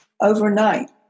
overnight